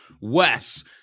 Wes